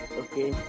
okay